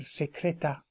secreta